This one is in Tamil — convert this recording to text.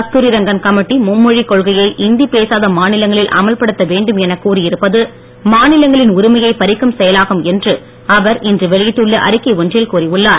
கஸ்தூரி ரங்கன் கமிட்டி மும்மொழிக் கொள்கையை இந்தி பேசாத மாநிலங்களில் அமல்படுத்த வேண்டும் என கூறி இருப்பது மாநிலங்களின் உரிமையை பறிக்கும் செயலாகும் என்று அவர் இன்று வெளியிட்டுள்ள அறிக்கை ஒன்றில் கூறி உள்ளார்